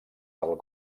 del